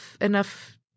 enough